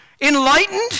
enlightened